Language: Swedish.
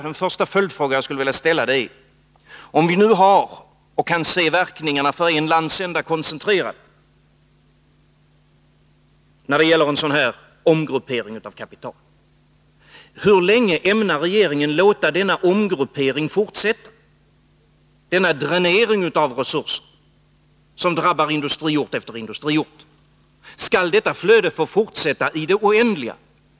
Den första följdfråga som jag vill ställa är föranledd av att-vi nu kan se verkningarna av en sådan här omgruppering av kapital för en landsända koncentrerade. Hur länge ämnar regeringen låta denna omgruppering, denna dränering av resurser som drabbar industriort efter industriort fortsätta? Skall detta flöde få fortsätta i det oändliga?